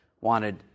wanted